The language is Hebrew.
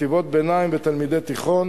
חטיבות ביניים ותיכון.